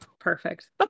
perfect